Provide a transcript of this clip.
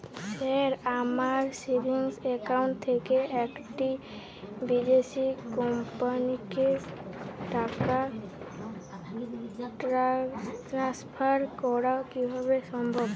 Sir আমার savings account থেকে একটি বিদেশি কোম্পানিকে টাকা ট্রান্সফার করা কীভাবে সম্ভব?